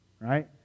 right